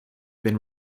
been